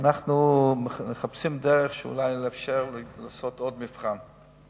אנחנו מחפשים דרך אולי לאפשר לעשות עוד מבחן.